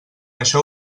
això